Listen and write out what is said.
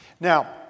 Now